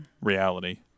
reality